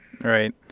Right